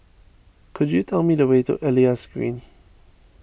could you tell me the way to Elias Green